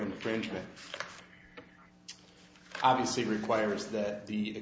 infringement obviously requires that the